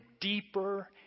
deeper